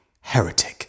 heretic